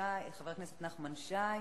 חבר הכנסת נחמן שי.